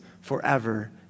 forever